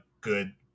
good